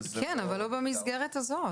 כן, אבל לא במסגרת הזאת.